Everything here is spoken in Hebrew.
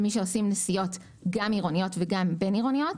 למי שעושים נסיעות גם עירוניות וגם בין-עירוניות,